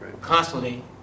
constantly